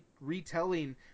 retelling